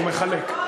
הוא מחלק.